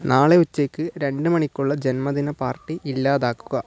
നാളെ ഉച്ചയ്ക്ക് രണ്ട് മണിക്കുള്ള ജന്മദിനപ്പാർട്ടി ഇല്ലാതാക്കുക